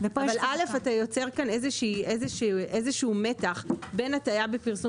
אבל אתה יוצר כאן איזשהו מתח בין הטעיה בפרסום